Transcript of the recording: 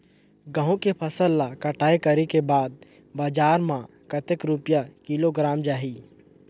गंहू के फसल ला कटाई करे के बाद बजार मा कतेक रुपिया किलोग्राम जाही?